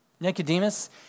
Nicodemus